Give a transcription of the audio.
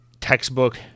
textbook